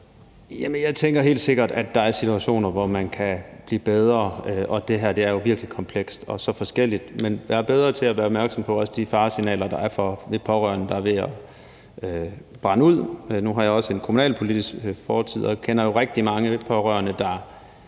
Jeg tænker helt sikkert, at der er situationer, hvor man kan blive bedre – og det her er jo virkelig komplekst og forskelligartet – til også at være opmærksom på de faresignaler, der er for de pårørende, der er ved at brænde ud. Nu har jeg også en kommunalpolitisk fortid og kender jo rigtig mange pårørende,